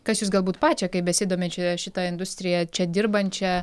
kas jus galbūt pačią kaip besidominčią šita industrija čia dirbančią